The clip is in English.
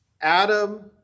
Adam